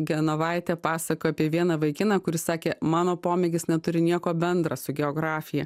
genovaitė pasakojo apie vieną vaikiną kuris sakė mano pomėgis neturi nieko bendra su geografija